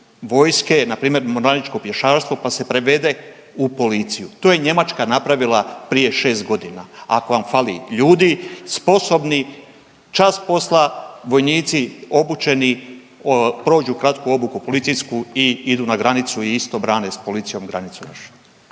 vojske, npr. mornaričko pješaštvo, pa se prevede u policiju, to je Njemačka napravila prije 6.g.. Ako vam fali ljudi sposobnih, čas posla vojnici obučeni, prođu kratku obuku policijsku i idu na granicu i isto brane s policijom granicu našu.